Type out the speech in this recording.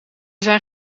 zijn